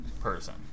person